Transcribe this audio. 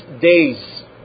days